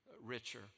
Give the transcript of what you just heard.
richer